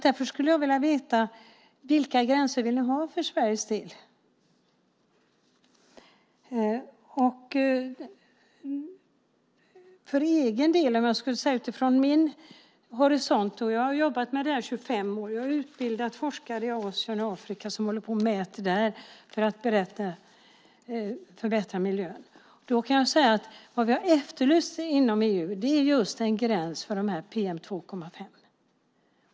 Därför skulle jag vilja veta vilka gränser ni vill ha för Sveriges del. Jag har jobbat med det här i 25 år. Jag har utbildat forskare i Asien och Afrika som mäter där för att förbättra miljön. Och jag kan utifrån min horisont säga att vad vi har efterlyst inom EU är just en gräns för PM2,5.